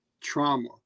trauma